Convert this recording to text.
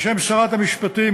בשם שרת המשפטים,